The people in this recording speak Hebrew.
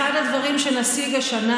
בבתי הדין השרעיים עוד אין.